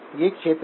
ये क्षेत्र हैं